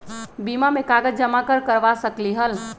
बीमा में कागज जमाकर करवा सकलीहल?